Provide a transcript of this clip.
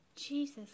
Jesus